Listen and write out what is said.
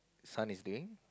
son is doing